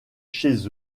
chez